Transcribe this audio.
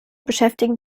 beschäftigen